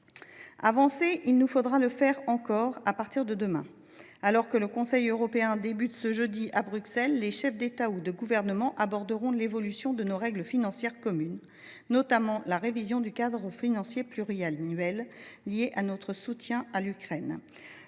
liste. Il nous faudra encore avancer, à partir de demain. Alors que le Conseil européen débute ce jeudi à Bruxelles, les chefs d’État et de gouvernement aborderont l’évolution de nos règles financières communes, notamment la révision du cadre financier pluriannuel, liée à notre soutien à l’Ukraine.